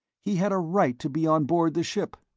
he had a right to be on board the ship!